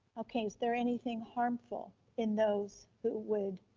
okay, is there anything harmful in those that would,